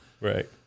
Right